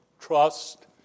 trust